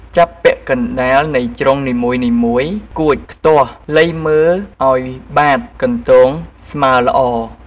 ចាប់ចំពាក់កណ្ដាលនៃជ្រុងនីមួយៗ កួច ខ្ទាស់ លៃមើលឲ្យបាតកន្ទោងស្មើល្អ។